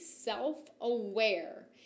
self-aware